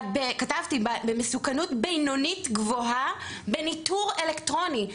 במסוכנות בינונית גובהה, בניטור אלקטרוני.